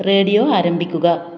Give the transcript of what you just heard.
radio ആരംഭിക്കുക